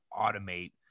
automate